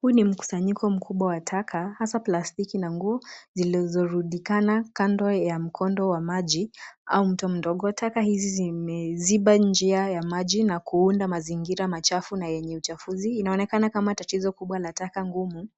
Huu ni mkusanyiko kubwa wa taka hasa plastiki na nguo zilizorundikana kando ya mkondo wa maji au mto mdogo, taka hizi zimeziba njia ya maji na kuunda mazingira machafu na yenye uchafuzi, inaonekana kama tatizo kubwa la taka ngumu